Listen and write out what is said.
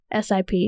SIP